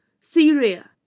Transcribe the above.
Syria